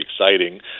exciting